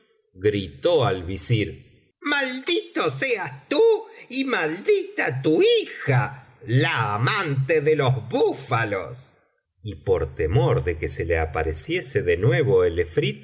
gritó al visir maldito seas tú y maldita tu hija la amante de los búfalos y por temor de que se le apareciese de nuevo el